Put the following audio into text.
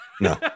No